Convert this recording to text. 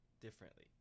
differently